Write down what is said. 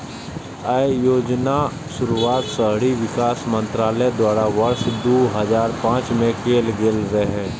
अय योजनाक शुरुआत शहरी विकास मंत्रालय द्वारा वर्ष दू हजार पांच मे कैल गेल रहै